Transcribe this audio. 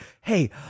hey